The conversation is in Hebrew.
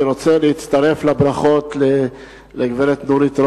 אני רוצה להצטרף לברכות לגברת נורית רון,